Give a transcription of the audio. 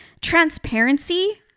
transparency